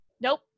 Nope